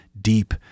deep